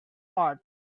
parts